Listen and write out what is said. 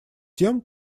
тем